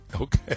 Okay